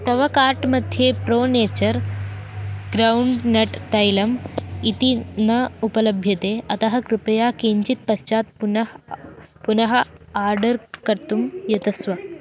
तव कार्ट् मध्ये Pronature groundnut तैलम् इति न उपलभ्यते अतः कृपया किञ्चित् पश्चात् पुनः पुनः आर्डर् कर्तुं यतस्व